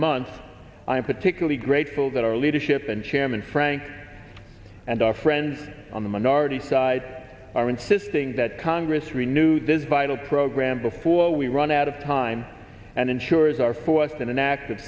month i am particularly grateful that our leadership and chairman frank and our friend on the minority side are insisting that congress renewed this vital program before we run out of time and insurers are forced in an act of